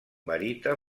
barita